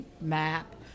map